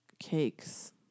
cakes